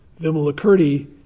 Vimalakirti